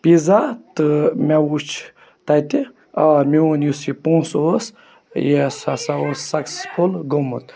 pizza تہٕ مےٚ وُچھ تَتہِ آ میون یُس یہِ پونٛسہٕ اوس یہِ سُہ ہَسا اوس سَکسیسفُل گوٚمُت